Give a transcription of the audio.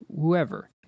whoever